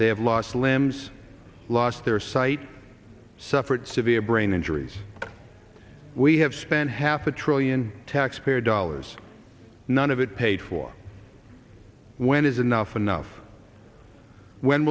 have lost limbs lost their sight suffered severe brain injuries we have spent half a trillion taxpayer dollars none of it paid for when is enough enough when